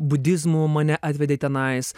budizmu mane atvedė tenais